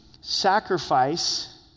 sacrifice